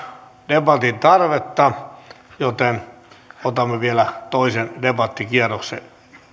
debatin tarvetta joten otamme vielä toisen debattikierroksen